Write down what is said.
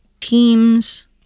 teams